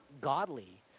godly